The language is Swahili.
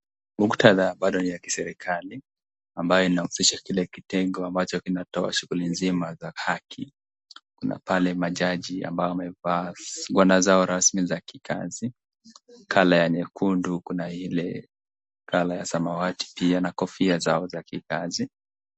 Muktadha bado ni ya kiserikali ambayo inahusisha kile kitengo ambacho kinatoa shughuli nzima za haki. Kuna pale majaji ambao wamevaa gwanda zao rasmi za kikazi (cs) colour (cs) ya nyekundu kuna ile (cs) colour(cs) ya samawati pia na kofia zao za kikazi.